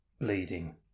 bleeding